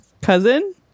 cousin